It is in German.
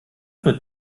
mit